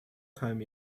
comb